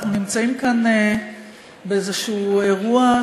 אנחנו נמצאים כאן באיזה אירוע,